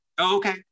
okay